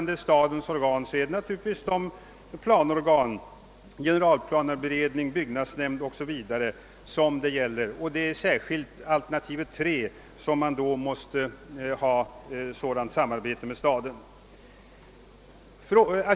De stadens organ som ifrågakommer är naturligtvis främst planorganen: generalplaneberedning, byggnadsnämnd osv. Särskilt i samband med alternativet 3 måste man ha ett sådant samarbete med staden.